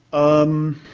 um,